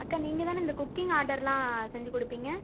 அக்கா நீங்கள்தான இந்த குக்கிங் ஆர்டர்லாம் செஞ்சு கொடுப்பிங்க